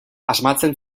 asmatzen